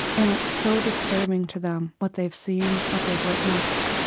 and it's so disturbing to them what they've seen, what they've witnessed,